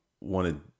wanted